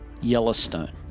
Yellowstone